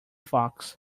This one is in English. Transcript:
fox